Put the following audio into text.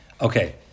Okay